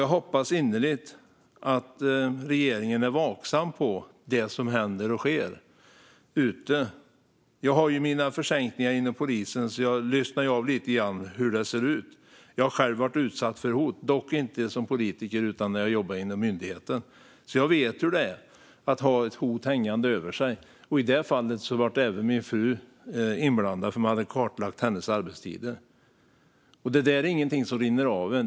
Jag hoppas innerligt att regeringen är vaksam på det som händer och sker där ute. Jag har försänkningar inom polisen och lyssnar av lite grann hur det ser ut. Jag har själv varit utsatt för hot, dock inte som politiker utan när jag jobbade inom myndigheten. Jag vet hur det är att ha ett hot hängande över sig. I det fallet var även min fru inblandad genom att de hade kartlagt hennes arbetstider. Det där är inget som rinner av en.